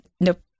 Nope